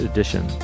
Edition